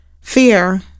Fear